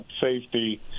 safety